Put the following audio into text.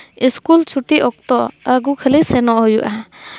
school ᱪᱷᱩᱴᱤ ᱚᱠᱛᱚ ᱟᱹᱜᱩ ᱠᱷᱟᱹᱞᱤ ᱥᱮᱱᱚᱜ ᱦᱩᱭᱩᱜᱼᱟ